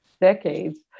decades